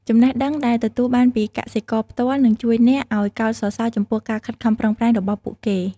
ចំណេះដឹងដែលទទួលបានពីកសិករផ្ទាល់នឹងជួយអ្នកឱ្យកោតសរសើរចំពោះការខិតខំប្រឹងប្រែងរបស់ពួកគេ។